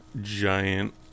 giant